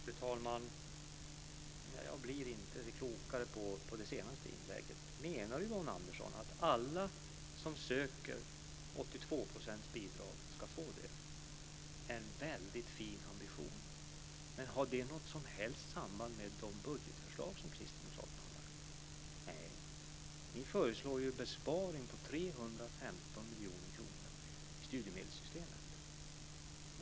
Fru talman! Jag blir inte klokare av det senaste inlägget. Menar Yvonne Andersson att alla som söker 82 % bidrag ska få det? En väldigt fin ambition! Men har det något som helst samband med de budgetförslag som Kristdemokraterna har lagt fram? Nej. Ni föreslår ju en besparing på 315 miljoner kronor i studiemedelssystemet.